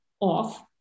off